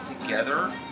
together